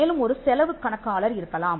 மேலும் ஒரு செலவு கணக்காளர் இருக்கலாம்